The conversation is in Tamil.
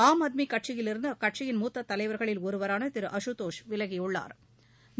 ஆம் ஆத்மி கட்சியலிருந்து அக்கட்சியின் மூத்த தலைவர்களில் ஒருவரான திரு அஷுதோஷ் விலகியுள்ளா்